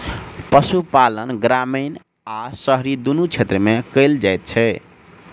पशुपालन ग्रामीण आ शहरी दुनू क्षेत्र मे कयल जाइत छै